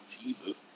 Jesus